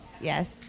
yes